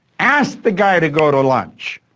ask the guy to go to lunch.